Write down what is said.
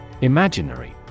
Imaginary